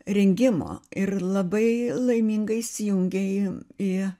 rengimo ir labai laimingais įsijungė į į